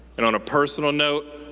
and on a personal note,